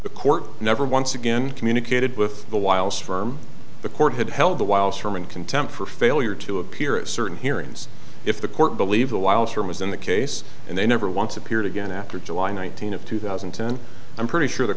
the court never once again communicated with the whilst firm the court had held the wiles from in contempt for failure to appear a certain hearings if the court believe a while sure was in the case and they never once appeared again after july nineteen of two thousand and ten i'm pretty sure the